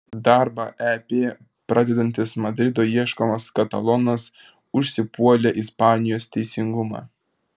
darbą ep pradedantis madrido ieškomas katalonas užsipuolė ispanijos teisingumą